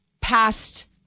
past